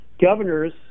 governors